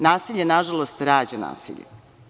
Nasilje, nažalost, rađa nasilje.